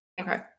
okay